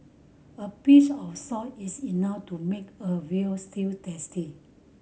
a pinch of salt is enough to make a veal stew tasty